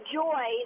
joy